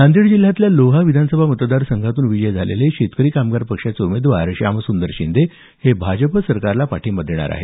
नांदेड जिल्ह्यातल्या लोहा विधानसभा मतदारसंघातून विजयी झालेले शेतकरी कामगार पक्षाचे उमेदवार श्यामसुंदर शिंदे हे भाजप सरकारला पाठिंबा देणार आहेत